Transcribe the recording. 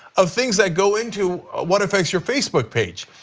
of things that go into what affects your facebook page.